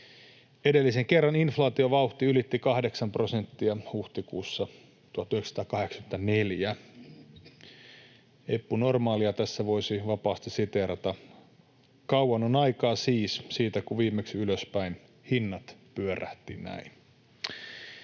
Edellisen kerran inflaatiovauhti ylitti kahdeksan prosenttia huhtikuussa 1984. Eppu Normaalia tässä voisi vapaasti siteerata: ”Kauan on aikaa siis, siitä kun viimeksi ylöspäin, hinnat pyörähti näin.”